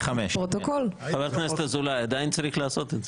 חבר הכנסת אזולאי, אבל עדיין צריך לעשות את זה.